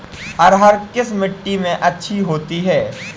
अरहर किस मिट्टी में अच्छी होती है?